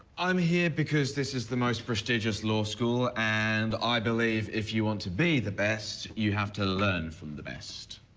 i'm here because this is the most prestigious law school and i believe if you want to be the best, you have to learn from the best.